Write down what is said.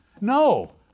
No